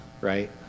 right